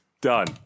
Done